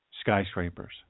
skyscrapers